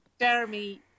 Jeremy